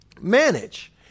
manage